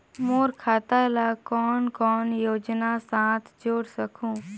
मोर खाता ला कौन कौन योजना साथ जोड़ सकहुं?